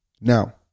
Now